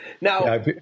now